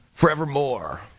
Forevermore